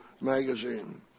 magazine